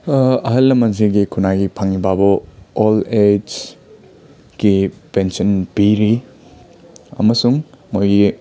ꯑꯍꯜ ꯂꯃꯟꯁꯤꯡꯒꯤ ꯈꯨꯟꯅꯥꯏꯒꯤ ꯐꯪꯉꯤꯕꯕꯨ ꯑꯣꯜ ꯑꯦꯖ ꯀꯤ ꯄꯦꯟꯁꯤꯟ ꯄꯤꯔꯤ ꯑꯃꯁꯨꯡ ꯃꯣꯏꯒꯤ